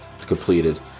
completed